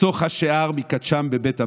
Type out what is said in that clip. חשוך השאר מכתשם בבית הבד.